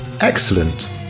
Excellent